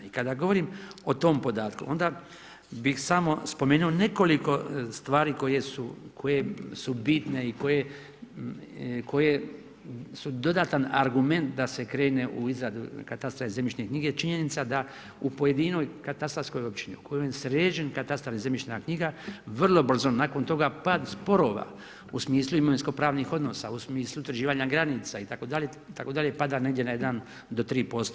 I kada govorim o tom podatku, onda bi samo spomenuo nekoliko stvari koje su bitne i koje dodatan argument da se krene u izradu katastra i zemljišne knjige, činjenica da u pojedinoj katastarskoj općini, u kojoj je sređen katastar i zemljišna knjiga, vrlo brzo, nakon toga, pad sporova, u smislu imovinsko pravnih odnosa, u smislu utvrđivanja granica, itd. itd. pada negdje na 1-3%